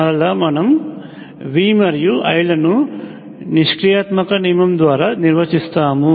మరలా మనం V మరియు I లను నిష్క్రియాత్మక నియమము ద్వారా నిర్వచిస్తాము